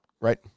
Right